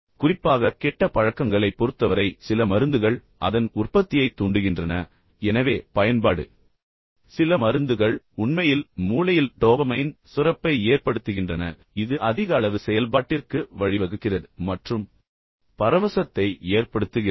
குறிப்பாக கெட்ட பழக்கங்களைப் பொறுத்தவரை சில மருந்துகள் அதன் உற்பத்தியைத் தூண்டுகின்றன எனவே பயன்பாடு சில மருந்துகள் உண்மையில் மூளையில் டோபமைன் சுரப்பை ஏற்படுத்துகின்றன இது அதிக அளவு செயல்பாட்டிற்கு வழிவகுக்கிறது மற்றும் பரவசத்தை ஏற்படுத்துகிறது